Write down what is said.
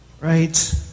Right